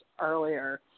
earlier